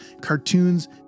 cartoons